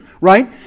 right